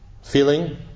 feeling